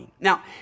Now